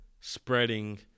spreading